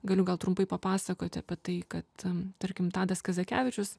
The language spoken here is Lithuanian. galiu gal trumpai papasakoti apie tai kad tarkim tadas kazakevičius